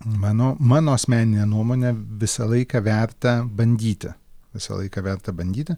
mano mano asmenine nuomone visą laiką verta bandyti visą laiką verta bandyti